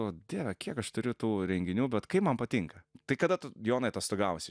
o dieve kiek aš turiu tų renginių bet kaip man patinka tai kada tu jonai atostogausi